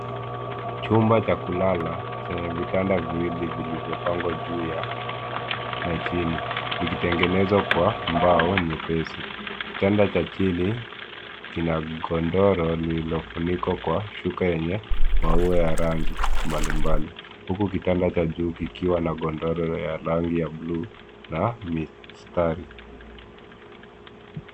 Chumba cha kulala, cheye vitanda viwili vilivyopangwa juu ya na chini, vikitengenezwa kwa mbao nyepesi. Kitanda cha chini, kinagodoro lililofunikwa kwa shuka yenye maua ya rangi mbalimbali, huku kitanda cha juu kikiwa na godoro ya rangi ya buluu na mistari.